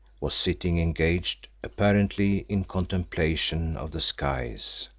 was sitting, engaged apparently in contemplation of the skies.